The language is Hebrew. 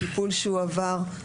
טיפול שהוא עבר.